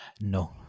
No